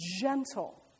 gentle